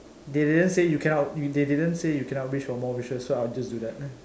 they didn't say you cannot they didn't say you cannot wish for more wishes so I just do that